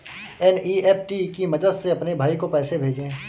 NEFT की मदद से अपने भाई को पैसे भेजें